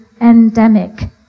endemic